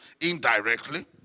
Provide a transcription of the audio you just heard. indirectly